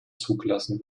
zugelassen